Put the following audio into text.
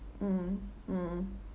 mm mm